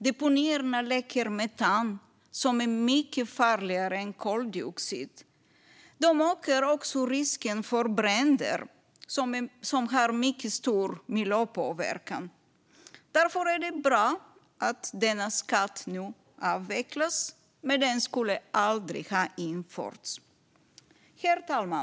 Deponierna läcker metan, som är mycket farligare än koldioxid. De ökar även risken för bränder, som har mycket stor miljöpåverkan. Därför är det bra att denna skatt nu avvecklas. Men den skulle aldrig ha införts. Herr talman!